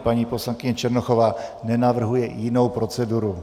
Paní poslankyně Černochová nenavrhuje jinou proceduru.